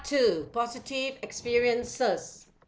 two positive experiences